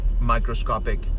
microscopic